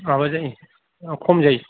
माबा जायो खम जायो